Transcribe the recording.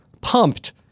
pumped